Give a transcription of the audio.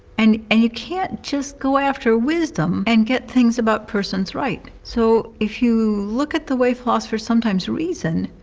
and and you can't just go after wisdom and get things about persons right. so, if you look at the way philosophers sometimes reason,